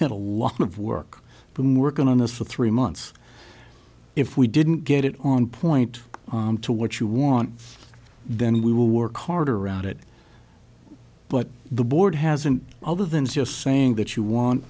had a lot of work from working on this for three months if we didn't get it on point to what you want then we will work harder around it but the board has an over than just saying that you want